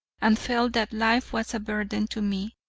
and felt that life was a burden to me.